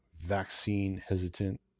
vaccine-hesitant